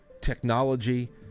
technology